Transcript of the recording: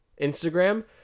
Instagram